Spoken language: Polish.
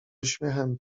uśmiechem